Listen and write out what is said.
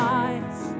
eyes